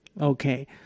Okay